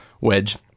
wedge